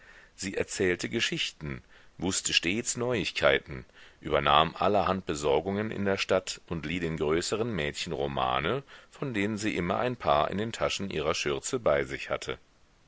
sie erzählte geschichten wußte stets neuigkeiten übernahm allerhand besorgungen in der stadt und lieh den größeren mädchen romane von denen sie immer ein paar in den taschen ihrer schürze bei sich hatte